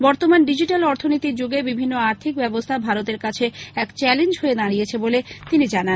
বর্তমান ডিজিট্যাল অর্থনীতির যুগে বিভিন্ন আর্থিক ব্যবস্থা ভারতের কাছে এক চ্যালেঞ্য হয়ে দাঁড়িয়ে রয়েছে বলে তিনি জানান